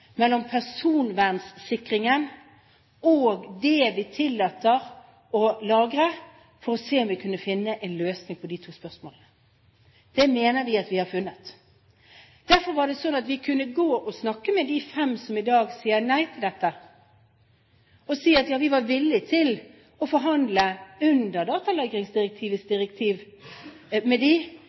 mellom personvernsikringen og det vi tillater å lagre, for å se om vi kunne finne en løsning på de to spørsmålene. Det mener vi at vi har funnet. Derfor kunne vi gå og snakke med de fem som i dag sier nei til dette, og si at vi var villig til å forhandle om datalagringsdirektivet med